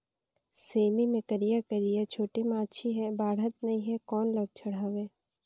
सेमी मे करिया करिया छोटे माछी हे बाढ़त नहीं हे कौन लक्षण हवय?